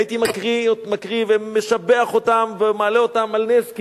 הייתי מקריא ומשבח אותם ומעלה אותם על נס,